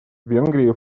венгрии